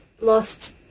lost